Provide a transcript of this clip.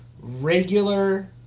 regular